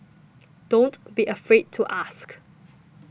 don't be afraid to ask